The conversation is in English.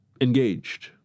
engaged